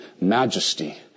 Majesty